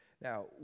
Now